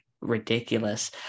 ridiculous